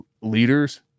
leaders